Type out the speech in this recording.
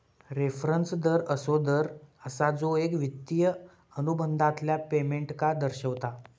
reference दर असो दर असा जो एक वित्तिय अनुबंधातल्या पेमेंटका दर्शवता